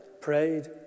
prayed